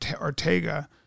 Ortega